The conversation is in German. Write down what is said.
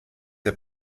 der